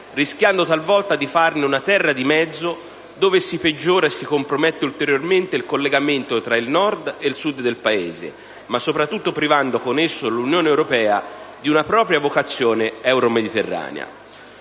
rischiando talvolta di farne «una terra di mezzo» dove si peggiora e si compromette ulteriormente il collegamento tra il Nord e il Sud del Paese, ma soprattutto privando con esso l'Unione europea di una propria vocazione euro-mediterranea.